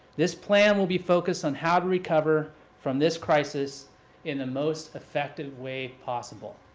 this plan will be focused on how to recover from this crisis in the most effective way possible.